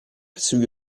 sugli